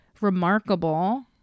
remarkable